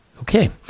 Okay